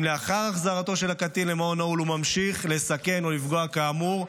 אם לאחר החזרתו של הקטין למעון נעול הוא ממשיך לסכן או לפגוע כאמור,